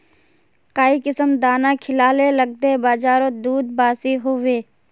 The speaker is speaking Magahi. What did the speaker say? काई किसम दाना खिलाले लगते बजारोत दूध बासी होवे?